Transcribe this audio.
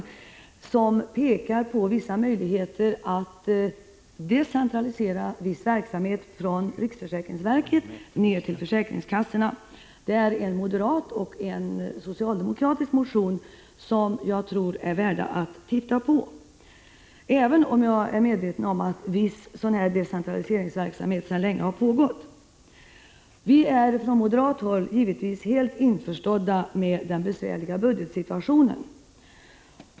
I dessa pekar motionärerna på möjligheterna att decentralisera viss verksamhet från riksförsäkringsverket till försäkringskassorna. Det är en moderat och en socialdemokratisk motion. Jag tror att de är värda att beakta, även om jag är medveten om att viss decentraliseringsverksamhet har pågått sedan länge. Vi är från moderat håll givetvis helt införstådda med den besvärliga budgetsituationen.